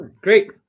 Great